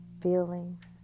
feelings